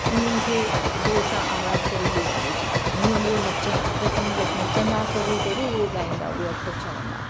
उन्हनि खे ज़ोर सां आवाज़ु करे ॿुधाइजे जीअं उहो नचनि घटि में घटि नचंदा त उहा ज़रूरु उहो ॻाईंदा उहा ख़र्चु हणंदा